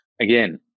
Again